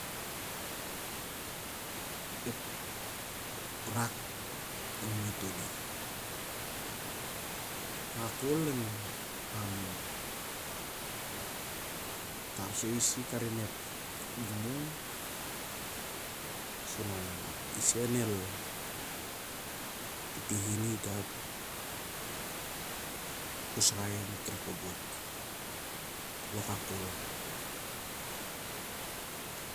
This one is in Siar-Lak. Ep rak a numatoli wakak kol am a tar soi a isi karin ep mung suna i san el titih in i da ep usrai onep kirai kobot wakak kol.